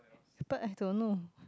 but I don't know